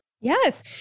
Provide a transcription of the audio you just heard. Yes